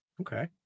Okay